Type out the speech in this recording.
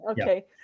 okay